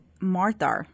Martha